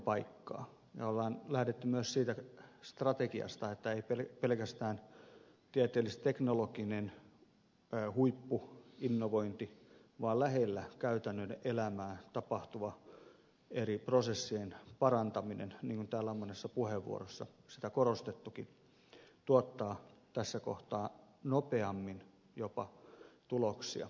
me olemme lähteneet myös siitä strategiasta että ei pelkästään tieteellis teknologinen huippuinnovointi vaan lähellä käytännön elämää tapahtuva eri prosessien parantaminen niin kuin täällä on monessa puheenvuorossa korostettukin tuottaa tässä kohtaa jopa nopeammin tuloksia